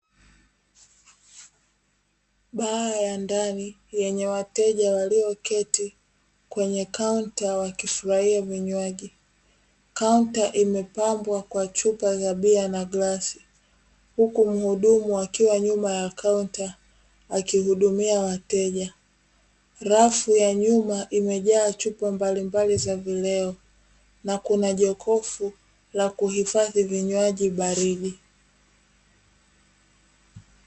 Baa ya ndani yenye wateja walioketi kwenye kaunta wakifurahia vinywaji. Kaunta imepambwa kwa chupa za bia na glasi huku muhudumu akiwa nyuma ya kaunta akihudumia wateja, rafu ya nyuma imejaa chumba mbalimbali za vileo na kuna jokofu la kuhifadhi vinywaji baridi